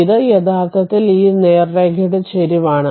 ഇത് യഥാർത്ഥത്തിൽ ഈ നേർരേഖയുടെ ചരിവാണ്